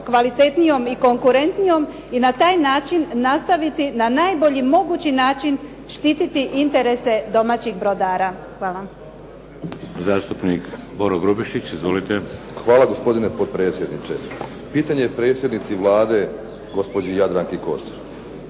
kvalitetnijom i konkurentnijom i na taj način nastaviti na najbolji mogući način štiti interese domaćih brodara. Hvala. **Šeks, Vladimir (HDZ)** Zastupnik Boro Grubićić. Izvolite. **Grubišić, Boro (HDSSB)** Hvala gospodine potpredsjedniče. Pitanje predsjednici Vlade gospođi Jadranki Kosor.